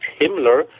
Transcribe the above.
Himmler